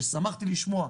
ושמחתי לשמוע,